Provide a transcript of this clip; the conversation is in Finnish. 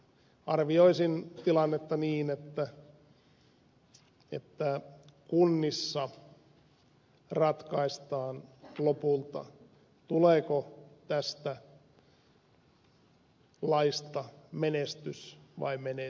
arvioisin tilannetta niin että kunnissa ratkaistaan lopulta tuleeko tästä laista menestys vai menetys